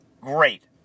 great